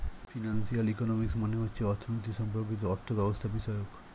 financial economics মানে হচ্ছে অর্থনীতি সম্পর্কিত অর্থব্যবস্থাবিষয়ক